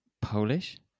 polish